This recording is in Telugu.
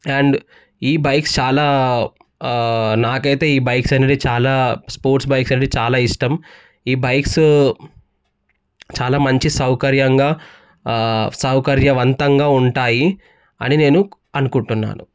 అండ్ ఈ బైక్స్ చాలా నాకైతే ఈ బైక్స్ అనేవి చాలా స్పోర్ట్స్ బైక్స్ అనేవి చాలా ఇష్టం ఈ బైక్స్ చాలా మంచి సౌకర్యంగా సౌకర్యవంతంగా ఉంటాయి అని నేను అనుకుంటున్నాను